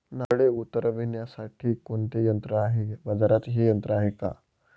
नारळे उतरविण्यासाठी कोणते यंत्र आहे? बाजारात हे यंत्र आहे का?